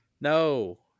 No